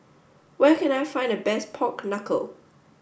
where can I find the best Pork Knuckle